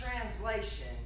translation